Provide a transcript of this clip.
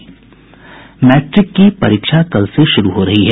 matric की परीक्षा कल से शुरू हो रही है